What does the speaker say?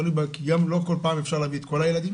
כי גם לא כל פעם אפשר להביא את כל הילדים.